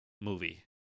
movie